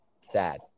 Sad